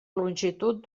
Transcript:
longitud